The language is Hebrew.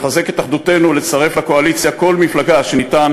לחזק את אחדותנו ולצרף לקואליציה כל מפלגה שניתן,